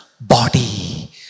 body